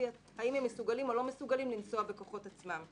האם הם מסוגלים או לא מסוגלים לנסוע בכוחות עצמם.